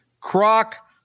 Croc